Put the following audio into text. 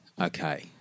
okay